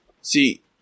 see